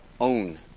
own